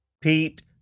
Pete